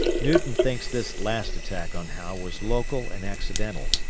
newton thinks this last attack on howe was local and accidental,